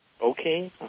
okay